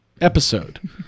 episode